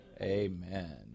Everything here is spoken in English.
Amen